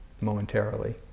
momentarily